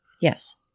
Yes